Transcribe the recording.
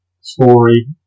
story